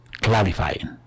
clarifying